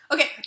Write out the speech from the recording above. Okay